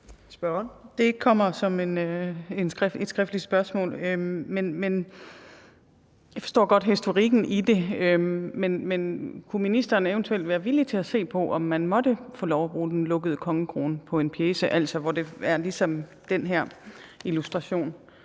Det kommer som et skriftligt spørgsmål. Jeg forstår godt historikken i det, men kunne ministeren eventuelt være villig til at se på, om man måtte få lov at bruge den lukkede kongekrone på en pjece,